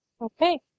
Okay